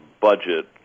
budget